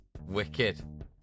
Wicked